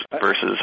versus